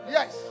Yes